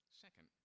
Second